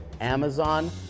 Amazon